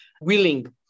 willing